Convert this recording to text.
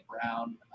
Brown